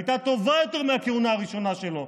הייתה טובה יותר מהכהונה הראשונה שלו.